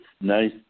nice